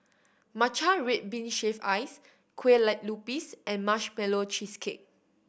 matcha red bean shaved ice kue lupis and Marshmallow Cheesecake